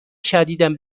شدیدم